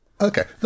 Okay